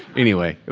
anyway,